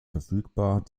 verfügbar